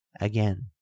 Again